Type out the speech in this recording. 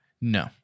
no